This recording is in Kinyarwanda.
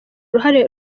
uruhare